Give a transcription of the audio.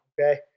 Okay